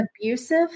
abusive